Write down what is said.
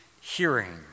hearing